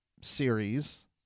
series